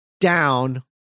down